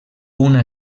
una